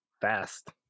fast